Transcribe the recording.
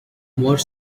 more